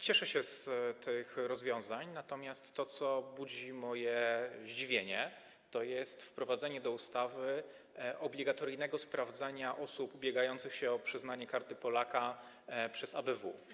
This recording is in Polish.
Cieszę się z tych rozwiązań, natomiast to, co budzi moje zdziwienie, to jest wprowadzenie do ustawy obligatoryjnego sprawdzania osób ubiegających się o przyznanie Karty Polaka przez ABW.